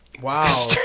Wow